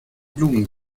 blumen